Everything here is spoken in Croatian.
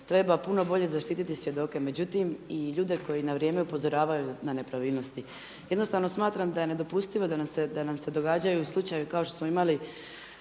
treba puno bolje zaštititi svjedoke. Međutim i ljude koji na vrijeme upozoravaju na nepravilnosti. Jednostavno smatram da je nedopustivo da nam se događaju slučajevi kao što smo imali